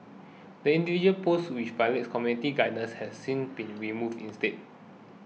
the individual posts which violated community guidelines have since been removed instead